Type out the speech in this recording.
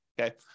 Okay